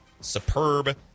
superb